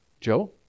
Joe